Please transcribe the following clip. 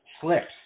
slips